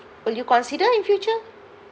will you consider in future